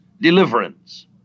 deliverance